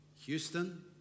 Houston